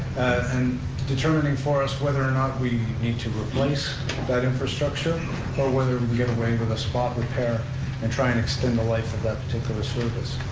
and determining for us whether or not we need to replace that infrastructure or whether we can get away with a spot repair and try and extend the life of that particular service.